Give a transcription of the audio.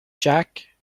jack